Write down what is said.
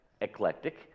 eclectic